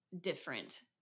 different